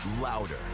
louder